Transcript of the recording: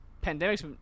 Pandemic's